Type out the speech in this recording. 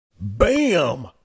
Bam